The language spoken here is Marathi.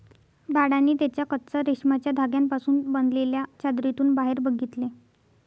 बाळाने त्याच्या कच्चा रेशमाच्या धाग्यांपासून पासून बनलेल्या चादरीतून बाहेर बघितले